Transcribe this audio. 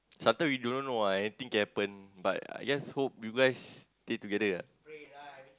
sometimes we don't know ah anything can happen but I just hope you guys stay together ah